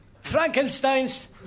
Frankenstein's